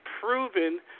proven